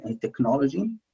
technology